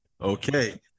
Okay